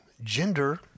gender